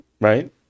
right